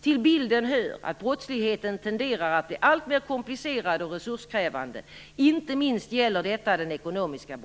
Till bilden hör att brottsligheten tenderar att bli alltmer komplicerad och resurskrävande. Inte minst gäller detta den ekonomiska